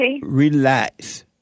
relax